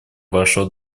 вашего